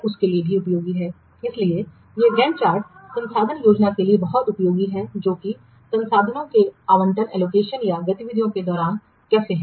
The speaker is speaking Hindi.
इसलिए ये गैंट चार्ट संसाधन योजना के लिए बहुत उपयोगी हैं जो कि संसाधनों के आवंटन या गतिविधियों के दौरान कैसे हैं